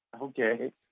okay